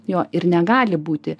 jo ir negali būti